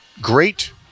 great